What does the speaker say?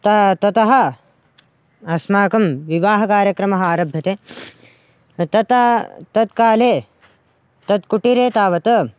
त ततः अस्माकं विवाहकार्यक्रमः आरभ्यते तता तत्काले तत् कुटीरे तावत्